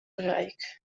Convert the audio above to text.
bereik